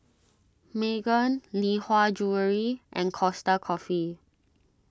Megan Lee Hwa Jewellery and Costa Coffee